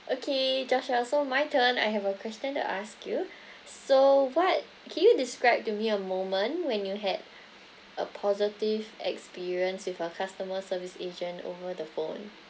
okay joshua so my turn I have a question to ask you so what can you describe to me a moment when you had a positive experience with a customer service agent over the phone